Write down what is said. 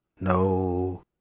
No